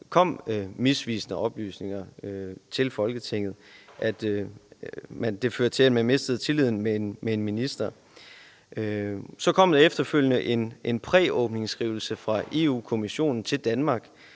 kom misvisende oplysninger til Folketinget. Det førte til, at man mistede tilliden til en minister. Så kom der efterfølgende en præåbningsskrivelse fra Europa-Kommissionen til Danmark,